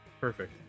perfect